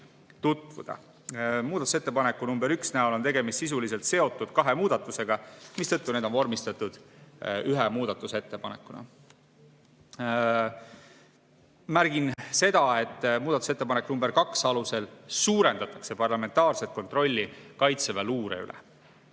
tutvuda. Muudatusettepanekus nr 1 on sisuliselt kaks seotud muudatust, mistõttu on need vormistatud ühe muudatusettepanekuna. Märgin seda, et muudatusettepaneku nr 2 alusel suurendatakse parlamentaarset kontrolli kaitseväeluure üle.